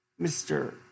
Mr